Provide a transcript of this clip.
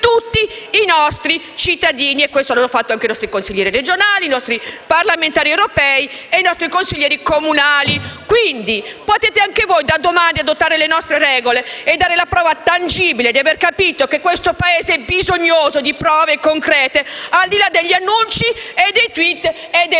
tutti i nostri cittadini. Lo stesso hanno fatto i nostri consiglieri regionali, i nostri parlamentari europei e i nostri consiglieri comunali. Quindi, potete, anche voi, da domani adottare le nostre regole e dare la prova tangibile di aver capito che questo Paese è bisognoso di prove concrete, al di là degli annunci, dei *tweet* e della